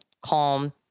calm